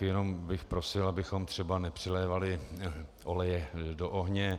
Jenom bych prosil, abychom třeba nepřilévali oleje do ohně.